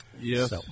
Yes